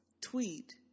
tweet